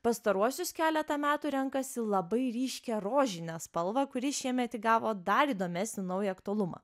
pastaruosius keletą metų renkasi labai ryškią rožinę spalvą kuri šiemet įgavo dar įdomesnį naują aktualumą